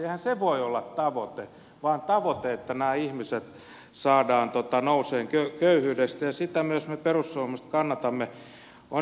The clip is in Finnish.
eihän se voi olla tavoite vaan tavoite on että nämä ihmiset saadaan nousemaan köyhyydestä ja sitä myös me perussuomalaiset kannatamme